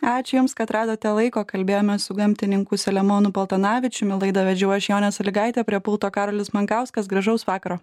ačiū jums kad radote laiko kalbėjomės su gamtininku saliamonu paltanavičiumi laidą vedžiau aš jonė sąlygaitė prie pulto karolis mankauskas gražaus vakaro